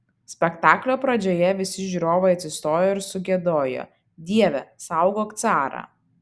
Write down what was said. spektaklio pradžioje visi žiūrovai atsistojo ir sugiedojo dieve saugok carą